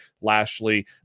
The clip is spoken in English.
Lashley